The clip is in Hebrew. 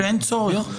שאין צורך.